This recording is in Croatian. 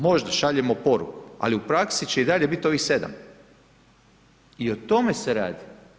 Možda šaljemo poruku ali u praksi će i dalje biti ovih 7 i o tome se radi.